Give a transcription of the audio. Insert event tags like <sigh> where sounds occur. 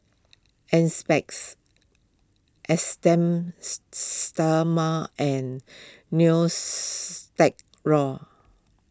Enzyplex Esteem <unintelligible> stoma and <unintelligible>